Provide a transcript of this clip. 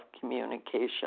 communication